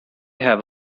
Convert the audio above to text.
have